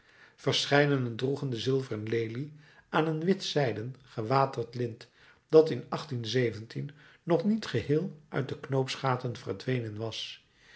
verscheidenen droegen de zilveren lelie aan een witzijden gewaterd lint dat in nog niet geheel uit de knoopsgaten verdwenen was